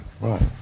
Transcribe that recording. Right